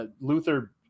Luther